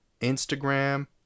Instagram